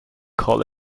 call